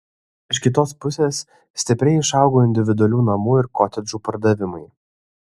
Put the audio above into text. iš kitos pusės stipriai išaugo individualių namų ir kotedžų pardavimai